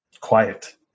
quiet